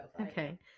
Okay